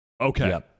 Okay